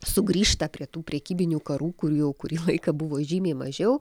sugrįžta prie tų prekybinių karų kurių jau kurį laiką buvo žymiai mažiau